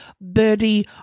Birdie